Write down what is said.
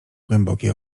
głęboki